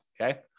okay